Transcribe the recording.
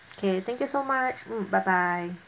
okay thank you so much mm bye bye